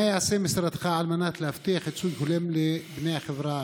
3. מה יעשה משרדך על מנת להבטיח ייצוג הולם לבני החברה הערבית?